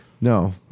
No